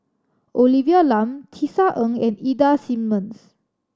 Olivia Lum Tisa Ng and Ida Simmons